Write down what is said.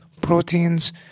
proteins